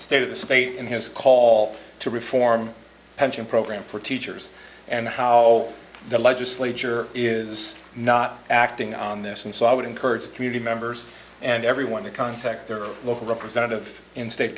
state of the state in his call to reform pension program for teachers and how the legislature is not acting on this and so i would encourage the community members and everyone to contact their local representative and state